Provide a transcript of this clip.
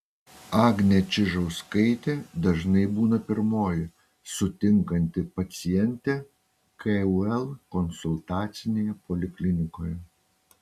agnė čižauskaitė dažnai būna pirmoji sutinkanti pacientę kul konsultacinėje poliklinikoje